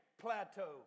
Plateau